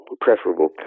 Preferable